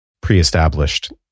pre-established